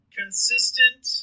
consistent